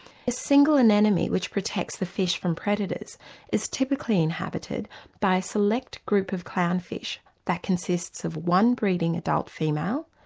a single anemone which protects the fish from predators is typically inhabited by a select group of clownfish that consists of one breeding adult female,